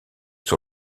sur